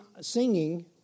singing